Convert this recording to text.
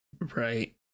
Right